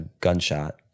gunshot